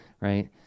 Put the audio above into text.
Right